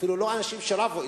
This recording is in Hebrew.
אפילו לא אנשים שרבו אתם.